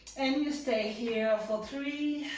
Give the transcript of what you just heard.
and you stay here for three,